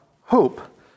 hope